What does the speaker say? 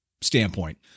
standpoint